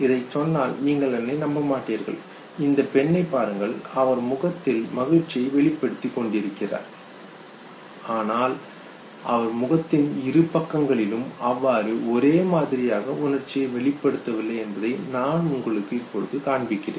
இதைச் சொன்னால் நீங்கள் என்னை நம்ப மாட்டீர்கள் இந்த பெண்ணை பாருங்கள் அவர் தனது முகத்தில் மகிழ்ச்சியை வெளிப்படுத்திக் கொண்டிருக்கிறார் ஆனால் அவர் முகத்தின் இரு பக்கங்களிலும் அவ்வாறு ஒரே மாதிரியாக உணர்ச்சியை வெளிப்படுத்த வில்லை என்பதை நான் உங்களுக்கு இப்போது காண்பிக்கிறேன்